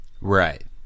Right